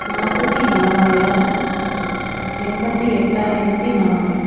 நாற்பத்து நாலாயிரம் எண்பத்தி எட்டாயிரத்து நானூறு